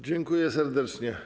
Dziękuję serdecznie.